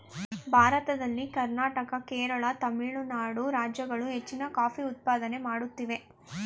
ಭಾರತದಲ್ಲಿ ಕರ್ನಾಟಕ, ಕೇರಳ, ತಮಿಳುನಾಡು ರಾಜ್ಯಗಳು ಹೆಚ್ಚಿನ ಕಾಫಿ ಉತ್ಪಾದನೆ ಮಾಡುತ್ತಿವೆ